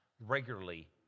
regularly